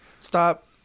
stop